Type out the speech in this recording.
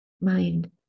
mind